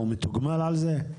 הוא מתוגמל על זה?